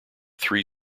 three